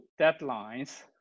deadlines